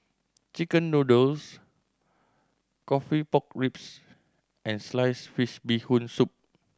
chicken noodles coffee pork ribs and sliced fish Bee Hoon Soup